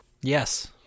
yes